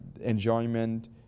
enjoyment